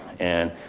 and